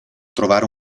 trovare